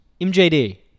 MJD